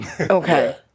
Okay